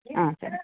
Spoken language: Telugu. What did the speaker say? సరే